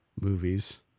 Movies